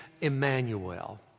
Emmanuel